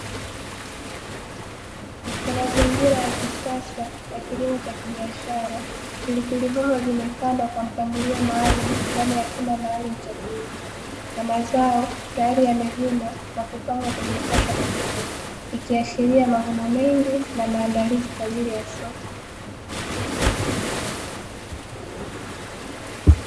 Katika mazingira ya kisasa ya kilimo cha kibiashara, pilipili hoho zimepandwa kwa mpangilio maalum ndani ya chumba maalum cha kulimia, na mazao tayari yamevunwa kwa kupangwa kwenye makasha makubwa ikiaashiria mavuno mengi na maandalizi kwa ajili ya soko.